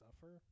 suffer